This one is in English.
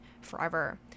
forever